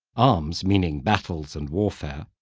arms, meaning battles and warfare,